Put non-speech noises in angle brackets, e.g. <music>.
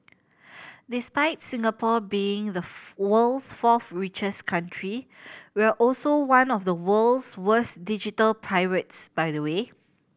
despite Singapore being the <noise> world's fourth richest country we're also one of the world's worst digital pirates by the way